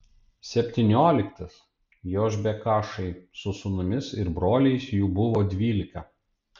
septynioliktas jošbekašai su sūnumis ir broliais jų buvo dvylika